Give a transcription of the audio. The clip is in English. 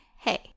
Hey